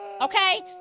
okay